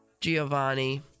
Giovanni